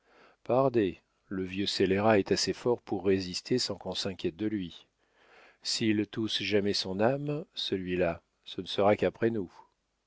par son maître pardè le vieux scélérat est assez fort pour résister sans qu'on s'inquiète de lui s'il tousse jamais son âme celui-là ce ne sera qu'après nous